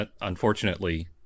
unfortunately